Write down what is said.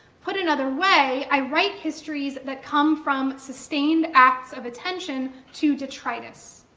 put another way, i write histories that come from sustained acts of attention to detritus.